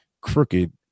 crooked